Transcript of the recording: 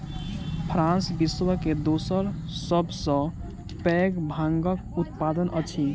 France विश्व के दोसर सभ सॅ पैघ भांगक उत्पादक अछि